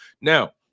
now